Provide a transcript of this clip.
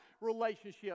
relationship